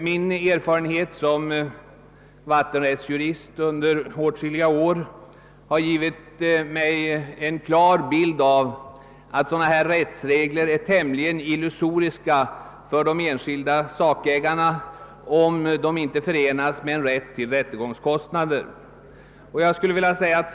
Min erfaren het som vattenrättsjurist under åtskilliga år har givit mig en klar bild av att sådana här rättsregler är tämligen illusoriska för de enskilda sakägarna, om de inte förenas med en rätt till ersättning för rättegångskostnader.